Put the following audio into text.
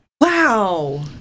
wow